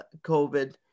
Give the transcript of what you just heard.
COVID